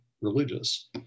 religious